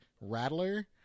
Rattler